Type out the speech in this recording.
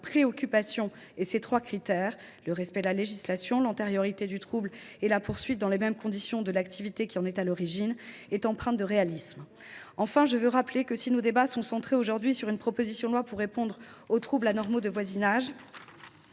pré occupation et ses trois critères – respect de la législation, antériorité du trouble et poursuite, dans les mêmes conditions, de l’activité qui en est à l’origine – est empreinte de réalisme. Enfin, si nos débats portent sur une proposition de loi, pour répondre aux troubles anormaux de voisinage,